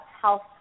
health